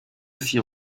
fit